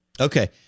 Okay